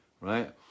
right